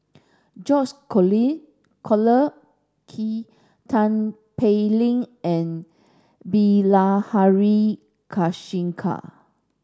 George Collyer Key Tin Pei Ling and Bilahari Kausikan